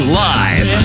live